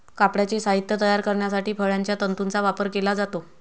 कापडाचे साहित्य तयार करण्यासाठी फळांच्या तंतूंचा वापर केला जातो